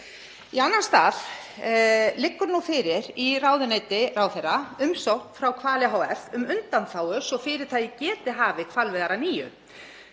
Í annan stað liggur nú fyrir í ráðuneyti ráðherra umsókn frá Hval hf. um undanþágu svo fyrirtækið geti hafið hvalveiðar að nýju.